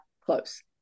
close